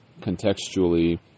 contextually